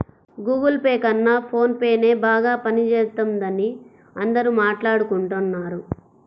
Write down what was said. Google pay కన్నా ఫోన్ పేనే బాగా పనిజేత్తందని అందరూ మాట్టాడుకుంటన్నారు